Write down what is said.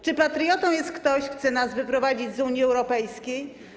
Czy patriotą jest ktoś, kto chce nas wyprowadzić z Unii Europejskiej?